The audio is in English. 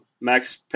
Max